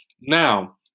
Now